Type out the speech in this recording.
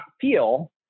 feel